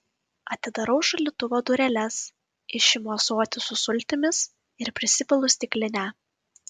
atidarau šaldytuvo dureles išimu ąsotį su sultimis ir prisipilu stiklinę